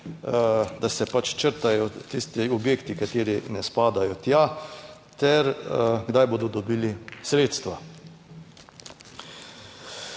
da se črtajo tisti objekti, kateri ne spadajo tja ter kdaj bodo dobili sredstva.